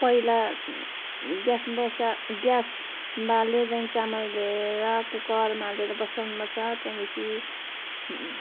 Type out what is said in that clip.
पहिला ग्यास बसा ग्यास बाले त्यहाँदेखि चामल ल्याएर कुकरमा हालेर बसाउनु पर्छ त्यहाँदेखि